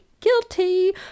guilty